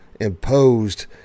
imposed